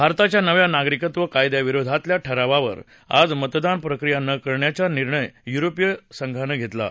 भारताच्या नव्या नागरिकत्व कायद्याविरोधातल्या ठरावावर आज मतदान प्रक्रिया न करण्याचा निर्णय युरोपीय संघाच्या संसदेनं घेतला आहे